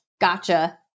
gotcha